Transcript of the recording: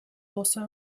also